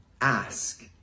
ask